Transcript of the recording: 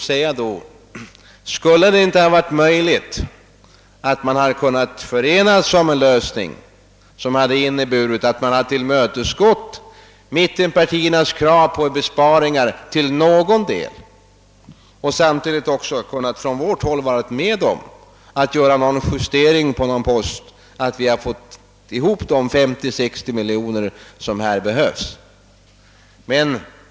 Hade det inte varit möjligt att enas om en lösning som inneburit dels att majoriteten tillmötesgått mittenpartiernas krav. på besparingar till någon del, dels att man från vårt håll gått med på att göra justeringar på någon post så att vi fått ihop de 50—60 miljoner kronor som behövs.